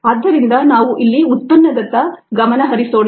ಆದ್ದರಿಂದ ನಾವು ಇಲ್ಲಿ ಉತ್ಪನ್ನದತ್ತ ಗಮನ ಹರಿಸೋಣ